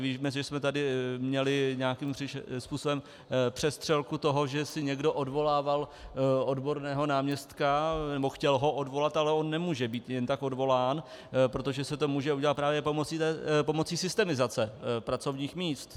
Víme, že jsme tady měli nějakým způsobem přestřelku, že si někdo odvolával odborného náměstka, nebo chtěl ho odvolat, ale on nemůže být jen tak odvolán, protože se to může udělat právě pomocí systemizace pracovních míst.